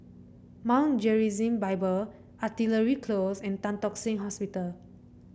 Mount Gerizim Bible Artillery Close and Tan Tock Seng Hospital